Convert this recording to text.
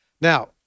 Now